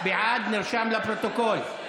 בעד, נרשם בפרוטוקול.